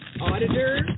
auditor